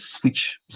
switch